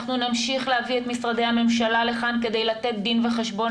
אנחנו נמשיך להביא את משרדי הממשלה לכאן כדי לתת דין וחשבון